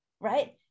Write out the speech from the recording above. right